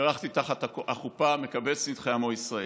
בירכתי תחת החופה: "מקבץ נדחי עמו ישראל".